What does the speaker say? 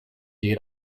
jej